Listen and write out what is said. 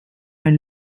are